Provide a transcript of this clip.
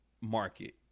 market